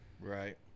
right